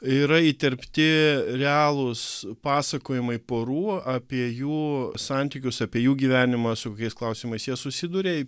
yra įterpti realūs pasakojimai porų apie jų santykius apie jų gyvenimą su kokiais klausimais jie susiduria